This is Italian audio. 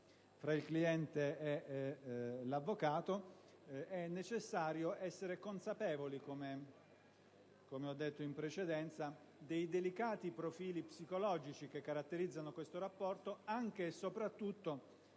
tra il cliente e l'avvocato. È necessario essere consapevoli, come ho detto in precedenza, dei delicati profili psicologici che caratterizzano questo rapporto, anche e soprattutto